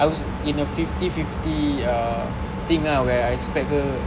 I was in a fifty fifty ah thing ah where I expect her